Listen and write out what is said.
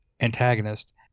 antagonist